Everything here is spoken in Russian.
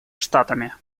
штатами